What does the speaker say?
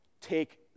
take